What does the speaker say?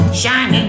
shining